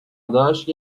داشت